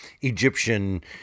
Egyptian